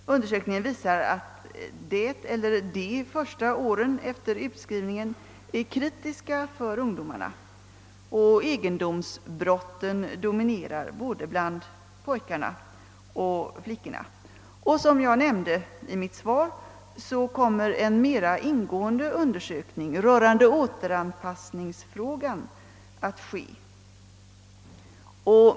Undersökningen visar att de första åren efter utskrivningen är kritiska för ungdomarna och att egendomsbrotten dominerar bland både pojkarna och flickorna. Som jag nämnde i mitt svar kommer en mera ingående undersökning rörande återanpassningsfrågan att göras.